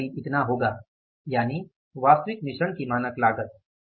तो यह करीब इतना होगा यानि वास्तविक मिश्रण की मानक लागत